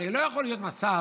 הרי לא יכול להיות מצב,